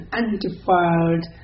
undefiled